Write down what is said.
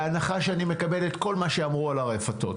בהנחה שאני מקבל את כל מה שאמרו על הרפתות,